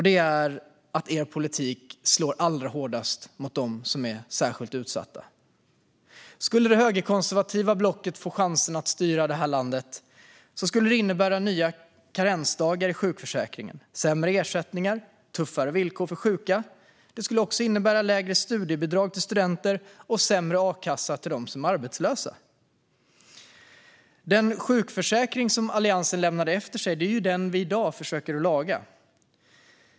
Det är att er politik slår allra hårdast mot dem som är särskilt utsatta. Skulle det högerkonservativa blocket få chansen att styra det här landet skulle det innebära nya karensdagar i sjukförsäkringen, sämre ersättningar och tuffare villkor för sjuka. Det skulle också innebära lägre studiebidrag till studenter och sämre a-kassa till dem som är arbetslösa. Den sjukförsäkring Alliansen lämnade efter sig är den vi i dag försöker att laga.